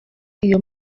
iyo